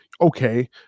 okay